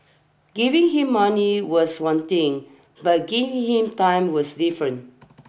giving him money was one thing but giving him time was different